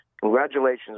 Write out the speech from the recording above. Congratulations